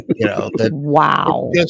Wow